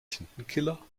tintenkiller